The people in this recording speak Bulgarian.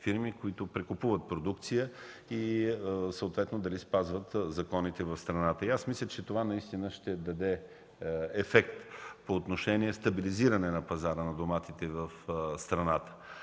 които прекупуват продукция и съответно дали спазват законите в страната. Мисля, че това наистина ще даде ефект по отношение на стабилизиране на пазара на доматите в страната.